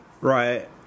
right